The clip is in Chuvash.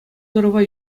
тӑрӑва